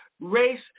race